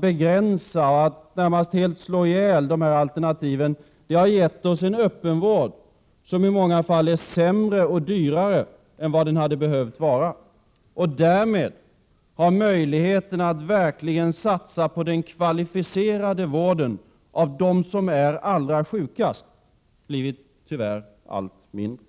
begränsa och närmast slå ihjäl dessa alternativ har gett oss en öppenvård som i många fall är sämre och dyrare än vad den hade behövt vara. Därmed har möjligheterna att verkligen satsa på den kvalificerade vården av dem som är allra sjukast tyvärr blivit allt mindre.